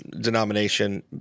denomination